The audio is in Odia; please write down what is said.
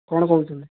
କ'ଣ କହୁଛନ୍ତି